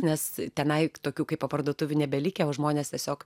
nes tenai tokių kaipo parduotuvių nebelikę o žmonės tiesiog